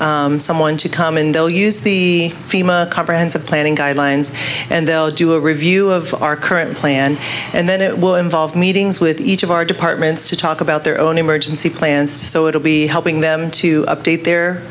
contract someone to come in they'll use the fema comprehensive planning guidelines and they'll do a review of our current plan and then it will involve meetings with each of our departments to talk about their own emergency plans so it'll be helping them to update their